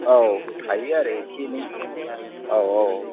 औ थायो आरो एसे एनै औ औ